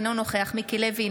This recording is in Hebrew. אינו נוכח מיקי לוי,